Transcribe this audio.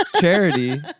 charity